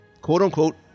quote-unquote